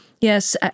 Yes